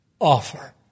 offer